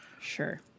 Sure